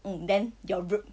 mm then your root